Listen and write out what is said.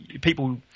people